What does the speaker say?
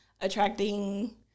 attracting